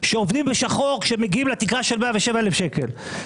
עובדים בשחור כשהם מגיעים לתקרה של 107,000 ₪,